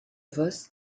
vos